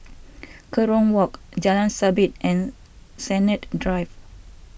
Kerong Walk Jalan Sabit and Sennett Drive